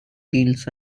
eels